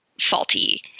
faulty